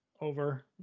over